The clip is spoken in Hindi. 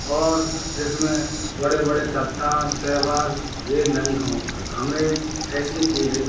और जिसमें बड़े बड़े चट्टान शैवाल ये नही हों और हमें ऐसी चीज़ें